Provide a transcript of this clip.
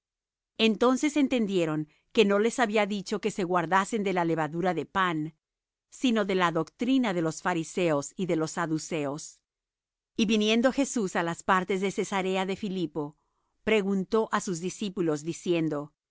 entonces entendieron que no les había dicho que se guardasen de la levadura de pan sino de la doctrina de los fariseos y de los saduceos y viniendo jesús á las partes de cesarea de filipo preguntó á sus discípulos diciendo